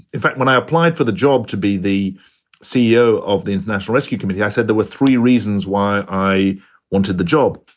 in fact, when i applied for the job to be the ceo of the international rescue committee, i said there were three reasons why i wanted the job.